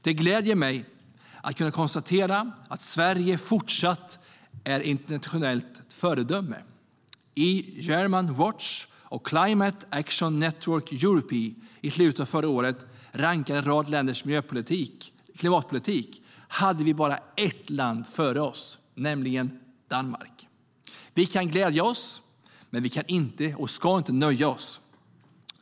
Det gläder mig att kunna konstatera att Sverige fortsatt är ett internationellt föredöme. När German Watch och Climate Action Network Europe i slutet av förra året rankade en rad länders klimatpolitik hade vi bara ett land före oss, nämligen Danmark. Vi kan glädja oss, men vi ska inte nöja oss.